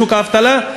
לשוק האבטלה?